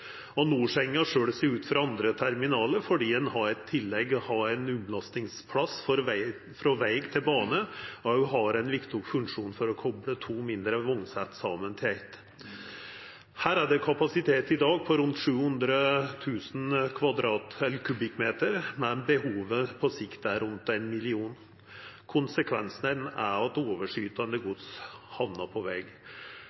Norsenga skil seg ut frå andre terminalar fordi ein i tillegg har ein omlastingsplass frå veg til bane, og har òg ein viktig funksjon for å kopla to mindre vognsett saman til eitt. Her er det i dag ein kapasitet på rundt 700 000 m 3 , men behovet på sikt er på rundt 1 000 000 m 3 . Konsekvensen er at overskytande